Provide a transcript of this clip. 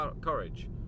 courage